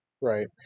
Right